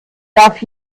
darf